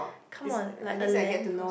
come on like a land cost